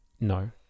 No